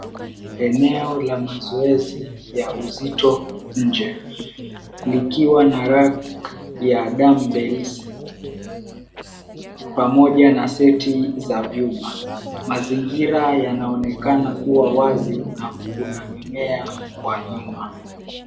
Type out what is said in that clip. Eneo la mazoezi ya uzito nje likiwa na rack ya dumbbells pamoja na seti za vyuma. Mazingira yanaonekana kuwa wazi na kuna mimea kwa nyuma.